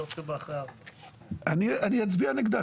אני אצביע נגדה.